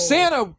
Santa